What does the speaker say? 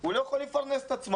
הוא לא יכול לפרנס את עצמו.